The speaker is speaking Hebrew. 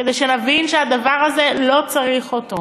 כדי שנבין שלא צריך את הדבר הזה?